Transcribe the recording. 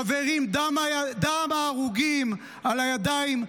חברים, דם ההרוגים על הידיים שלכם.